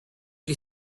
you